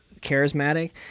charismatic